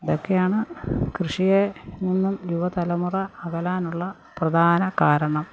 ഇതൊക്കെയാണ് കൃഷിയേ നിന്നും യുവതലമുറ അകലാനുള്ള പ്രധാന കാരണം